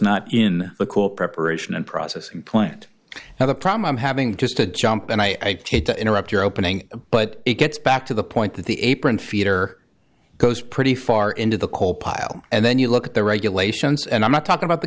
not in the cool preparation and processing plant now the problem i'm having just a jump and i hate to interrupt your opening but it gets back to the point that the apron feeder goes pretty far into the coal pile and then you look at the regulations and i'm not talking about the